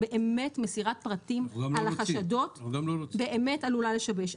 מסירת פרטים על החשדות באמת עלולה לשבש.